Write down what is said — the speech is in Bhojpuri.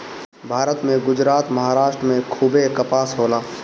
भारत में गुजरात, महाराष्ट्र में खूबे कपास होला